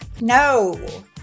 no